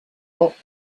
locked